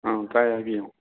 ꯑꯪ ꯇꯥꯏ ꯍꯥꯏꯕꯤꯌꯨ